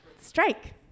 Strike